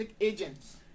agents